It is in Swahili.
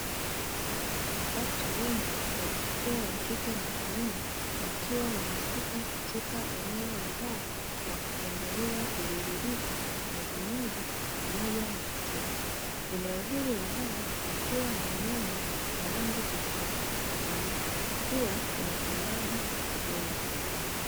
Watu wengi wa jinsia ya kike na kiume, wakiwa wamefika katika eneo la baa, wakiendelea kuburudika na vinywaji pamoja na muziki. Eneo hili la baa likiwa na mianga ya rangi tofautitofauti, pia kuna vinywaji vingi.